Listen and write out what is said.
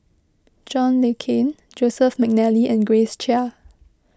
John Le Cain Joseph McNally and Grace Chia